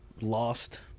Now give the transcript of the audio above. lost